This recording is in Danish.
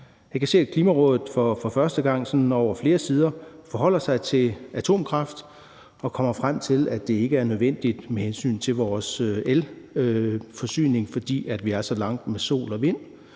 Jeg kan se, at Klimarådet for første gang sådan over flere sider forholder sig til atomkraft og kommer frem til, at det ikke er nødvendigt med hensyn til vores elforsyning, fordi vi er så langt med sol og vind.